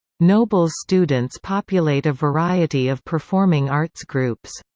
nobles students populate a variety of performing arts groups.